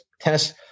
tennis